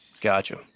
Gotcha